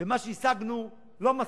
ומה שהשגנו לא מספיק.